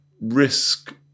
risk